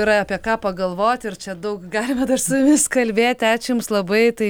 yra apie ką pagalvoti ir čia daug galima dar su jumis kalbėti ačiū jums labai tai